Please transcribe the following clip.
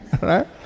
right